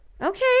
Okay